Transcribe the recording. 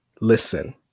Listen